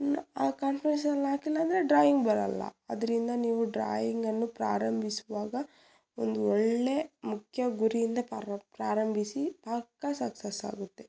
ಇನ್ನು ಆ ಕಾನ್ಫಿಡೆನ್ಸಲ್ಲಿ ಹಾಕಿಲ್ಲ ಅಂದರೆ ಡ್ರಾಯಿಂಗ್ ಬರೋಲ್ಲ ಆದ್ದರಿಂದ ನೀವು ಡ್ರಾಯಿಂಗನ್ನು ಪ್ರಾರಂಭಿಸುವಾಗ ಒಂದು ಒಳ್ಳೆ ಮುಖ್ಯ ಗುರಿಯಿಂದ ಪಾರ ಪ್ರಾರಂಭಿಸಿ ಪಕ್ಕಾ ಸಕ್ಸಸ್ಸಾಗುತ್ತೆ